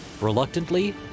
Reluctantly